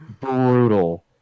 brutal